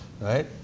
right